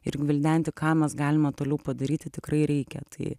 ir gvildenti ką mes galime toliau padaryti tikrai reikia tai